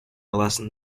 lesson